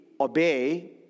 obey